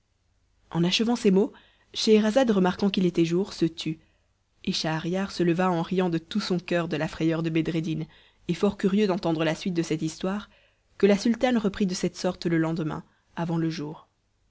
en achevant ces mots scheherazade remarquant qu'il était jour se tut et schahriar se leva en riant de tout son coeur de la frayeur de bedreddin et fort curieux d'entendre la suite de cette histoire que la sultane reprit de cette sorte le lendemain avant le jour